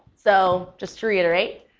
so just to reiterate,